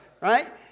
Right